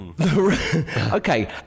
Okay